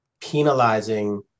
penalizing